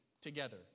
together